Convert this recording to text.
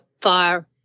fire